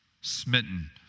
smitten